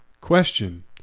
Question